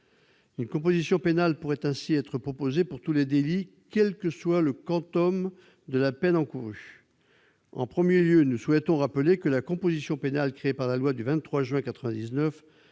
Une composition pénale pourrait ainsi être proposée pour tous les délits, quel que soit le quantum de la peine encourue. En premier lieu, nous souhaitons rappeler que la composition pénale créée par la loi du 23 juin 1999